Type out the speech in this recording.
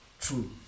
True